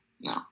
no